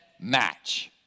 match